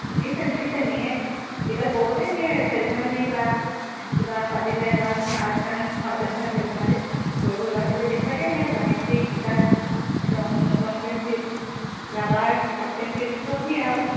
নিছে নিছে নিয়ে কিতাপ বহুতেই নিয়ে খেল ধেমালি বা কিবা পাতিলে বা এইবোৰ নাচ গান পাতে নহয় খেল ধেমালিত সৰু সৰু ল'ৰা ছোৱালী সেইবিলাকে নিয়ে জ্যামিতিক কিতাপ ৰং ৰং পেঞ্চিল ৰাবাৰ কাঠ পেঞ্চিল চব নিয়ে আৰু